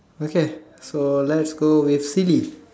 okay so let's go with silly